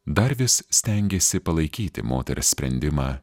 dar vis stengėsi palaikyti moters sprendimą